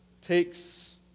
takes